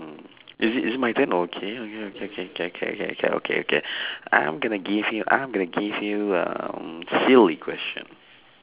mm is it is it my turn okay okay okay okay okay okay okay okay I'm gonna give you I'm gonna give you um silly questions